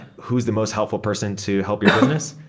who's the most helpful person to help your business?